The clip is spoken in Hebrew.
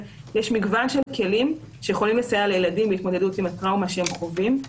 יש מגוון של כלים שיכולים לסייע לילדים להתמודדות עם הטראומה שהם חווים.